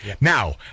Now